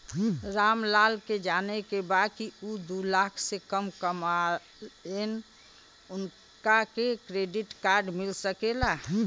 राम लाल के जाने के बा की ऊ दूलाख से कम कमायेन उनका के क्रेडिट कार्ड मिल सके ला?